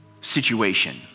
situation